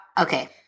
okay